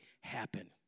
happen